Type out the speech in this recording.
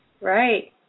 Right